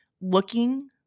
looking